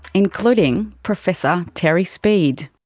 including professor terry speed.